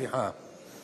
סליחה.